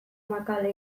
makala